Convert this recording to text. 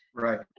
right,